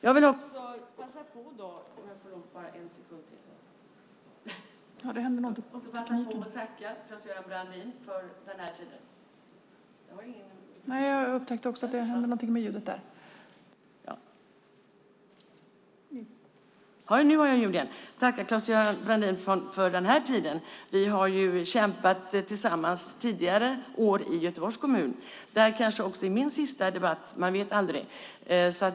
Jag vill också passa på att tacka Claes-Göran Brandin för den här tiden. Vi har kämpat tillsammans tidigare år i Göteborgs kommun också. Det här kanske också är min sista debatt. Man vet aldrig.